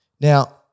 Now